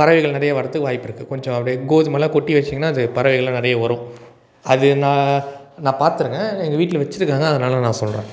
பறவைகள் நிறைய வரதுக்கு வாய்ப்பு இருக்குது கொஞ்சம் அப்படியே கோதுமைலாம் கொட்டி வச்சிங்கன்னா அது பறவைகள்லாம் நிறைய வரும் அது நான் நான் பார்த்துருக்கேன் எங்கள் வீட்டில்வச்சிருக்காங்க அதனால நான் சொல்கிறேன்